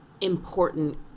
important